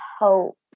hope